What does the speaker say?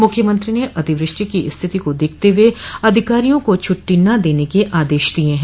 मुख्यमंत्री ने अतिवृष्टि की स्थिति को देखते हुए अधिकारियों को छुट्टी न देने के आदेश दिये हैं